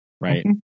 Right